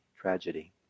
tragedy